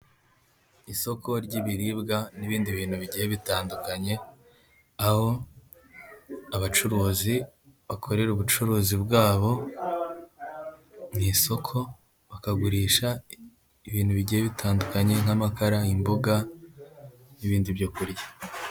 Isoko ry'ibiribwa n'ibindi bintu bigiye bitandukanye, aho abacuruzi bakorera ubucuruzi bwabo mwisoko, bakagurisha ibintu bigiye bitandukanye nk'amakara, imboga n'ibindi byokurya.